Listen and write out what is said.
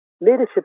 Leadership